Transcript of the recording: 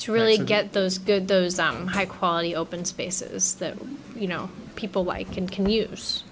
to really get those good those high quality open spaces that you know people like can can use